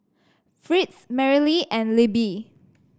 Fritz Merrily and Libby